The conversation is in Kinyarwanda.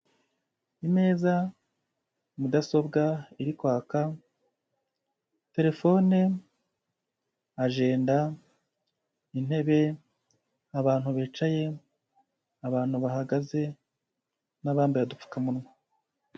Imeza, mudasobwa iri kwaka, telefone, ajenda, intebe, abantu bicaye, abantu bahagaze, n'abambaye udupfukamunwa.